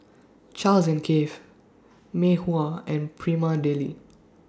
Charles and Keith Mei Hua and Prima Deli